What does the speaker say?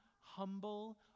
humble